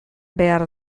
behar